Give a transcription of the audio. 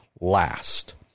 last